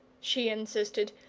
she insisted.